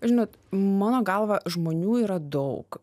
žinot mano galva žmonių yra daug